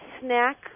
snack